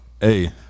Hey